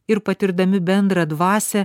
ir patirdami bendrą dvasią